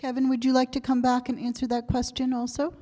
kevin would you like to come back and answer that question also